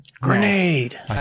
grenade